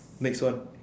next one